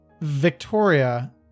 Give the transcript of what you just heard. Victoria